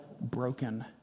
broken